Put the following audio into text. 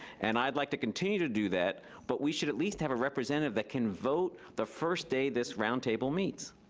and i'd like to continue to do that, but we should at least have a representative that can vote the first day this roundtable meets.